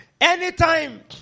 Anytime